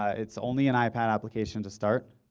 ah it's only an ipad application to start.